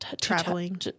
Traveling